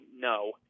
no